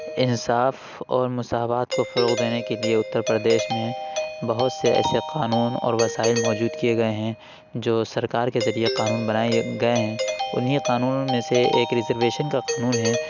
انصاف اور مساوات کو فروغ دینے کے لیے اتر پردیش میں بہت سے ایسے قانون اور وسائل موجود کیے گئے ہیں جو سرکار کے ذریعے قانون بنائے گئے ہیں انہی قانونوں میں سے ایک ریزرویشن کا قانون ہے